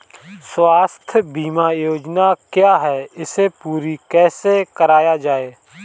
स्वास्थ्य बीमा योजना क्या है इसे पूरी कैसे कराया जाए?